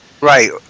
Right